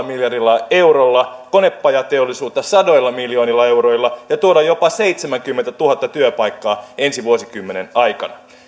miljardilla eurolla konepajateollisuutta sadoilla miljoonilla euroilla ja tuoda jopa seitsemänkymmentätuhatta työpaikkaa ensi vuosikymmenen aikana